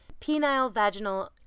penile-vaginal